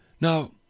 Now